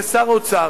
כשר האוצר,